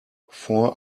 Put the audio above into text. four